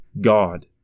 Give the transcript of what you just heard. God